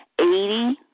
eighty